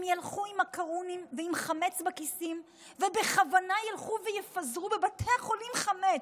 הם ילכו עם מקרוני ועם חמץ בכיסים ובכוונה ילכו ויפזרו בבתי חולים חמץ.